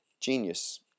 Genius